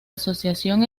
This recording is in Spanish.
asociación